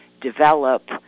develop